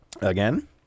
again